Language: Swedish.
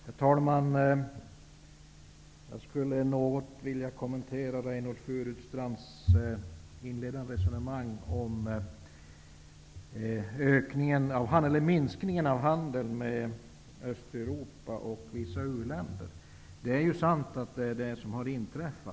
Herr talman! Jag skulle vilja kommentera Reynoldh Furustrands inledande resonemang om minskningen av handeln med Östeuropa och vissa u-länder. Det är sant att det är det som har inträffat.